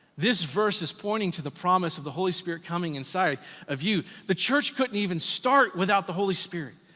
this verse is pointing to the promise of the holy spirit coming inside of you. the church couldn't even start without the holy spirit.